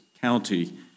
county